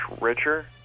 richer